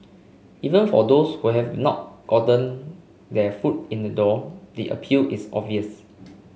even for those who have not gotten their foot in the door the appeal is obvious